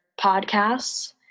podcasts